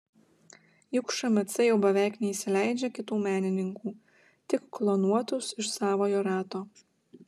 juk šmc jau beveik neįsileidžia kitų menininkų tik klonuotus iš savojo rato